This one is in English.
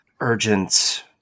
urgent